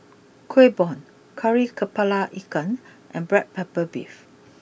Kueh Bom Kari Kepala Ikan and Black Pepper Beef